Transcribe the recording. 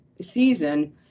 season